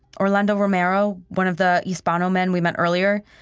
orlando romero, one of the hispano men we met earlier,